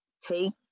take